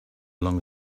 longer